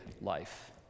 life